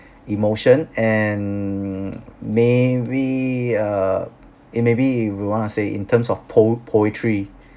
emotion and maybe err it maybe if you want to say in terms of poe~ poetry